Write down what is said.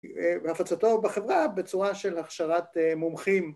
‫בהפצתו בחברה ‫בצורה של הכשרת מומחים.